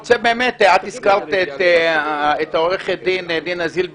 הזכרת את עו"ד דינה זילבר,